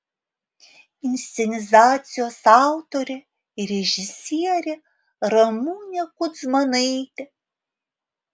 inscenizacijos autorė ir režisierė ramunė kudzmanaitė